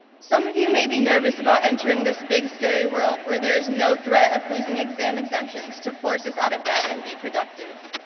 some of you may be nervous about entering this big scary world where there is no threat of losing exam exemptions to force us out of bed and be productive.